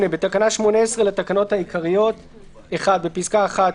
8. בתקנה 18 לתקנות העיקריות - (1) בפסקה (1),